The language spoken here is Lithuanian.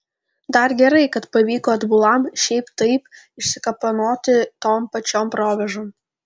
dar gerai kad pavyko atbulam šiaip taip išsikapanoti tom pačiom provėžom